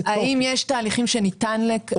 האם יש תהליכים שניתן לקדם?